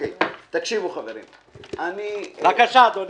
בבקשה, אדוני.